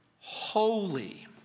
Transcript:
holy